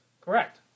Correct